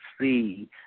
see